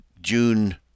june